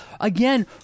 again